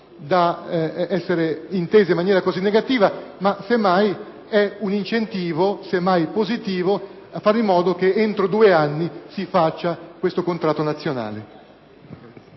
da essere intesa in maniera così negativa; semmai, è un incentivo positivo a fare in modo che entro due anni si arrivi al contratto nazionale.